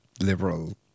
liberal